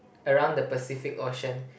around the Pacific Ocean